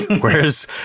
whereas